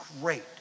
great